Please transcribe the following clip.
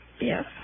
Yes